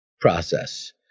process